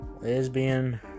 Lesbian